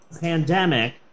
pandemic